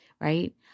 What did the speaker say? right